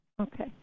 Okay